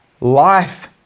life